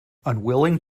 unwilling